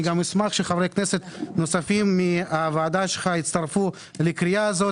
אני גם אשמח שחברי כנסת נוספים מהוועדה שלך יצטרפו לקריאה הזאת.